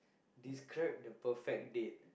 describe the perfect date